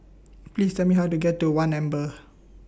Please Tell Me How to get to one Amber